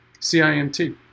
CIMT